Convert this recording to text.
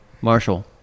Marshall